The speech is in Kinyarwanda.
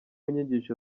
nyigisho